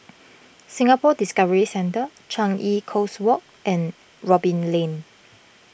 Singapore Discovery Centre Changi Coast Walk and Robin Lane